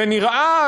ונראה,